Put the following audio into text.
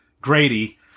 Grady